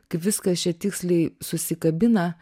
kaip viskas čia tiksliai susikabina